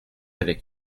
avec